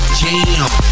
jam